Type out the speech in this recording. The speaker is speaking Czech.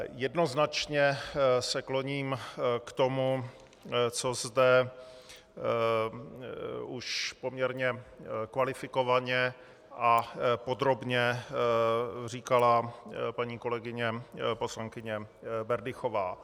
Jednoznačně se kloním k tomu, co zde už poměrně kvalifikovaně a podrobně říkala paní kolegyně poslankyně Berdychová.